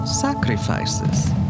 sacrifices